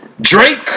Drake